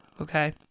Okay